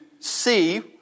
see